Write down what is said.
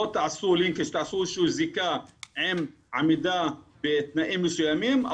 בואו תעשו איזה שהוא זיקה עם עמידה בתנאים מסוימים,